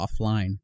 offline